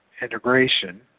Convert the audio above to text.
integration